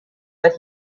but